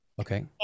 Okay